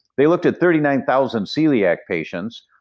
they looked at thirty nine thousand celiac patients,